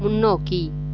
முன்னோக்கி